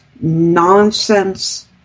nonsense